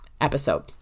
episode